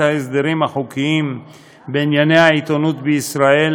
ההסדרים החוקיים בענייני העיתונות בישראל,